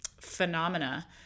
phenomena